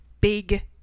big